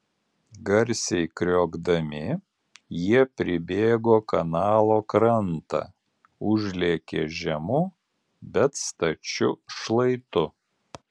garsiai kriokdami jie pribėgo kanalo krantą užlėkė žemu bet stačiu šlaitu